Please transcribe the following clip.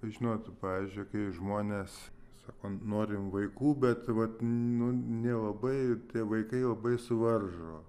žinot pavyzdžiui kai žmonės sako norim vaikų bet vat nu nelabai tie vaikai labai suvaržo